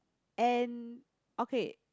and okay